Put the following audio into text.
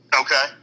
Okay